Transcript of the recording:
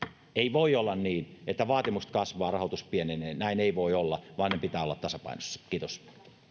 voi olla niin että vaatimus kasvaa rahoitus pienenee näin ei voi olla vaan niiden pitää olla tasapainossa kiitos